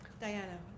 Diana